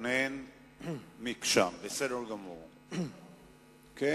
היושב-ראש, לא היה יותר הגיוני לחלק